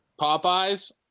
Popeyes